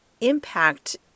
impact